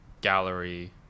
gallery